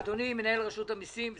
אדוני מנהל רשות המיסים.